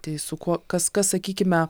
tai su kuo kas kas sakykime